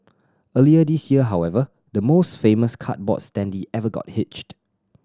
earlier this year however the most famous cardboard standee ever got hitched